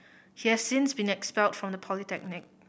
he has since been expelled from the polytechnic